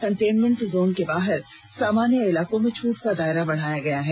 containment zone के बाहर सामान्य इलाकों में छूट का दायरा बढ़ाया गया है